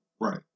right